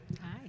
Hi